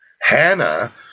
Hannah